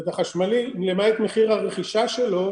החשמלי, למעט מחיר הרכישה שלו,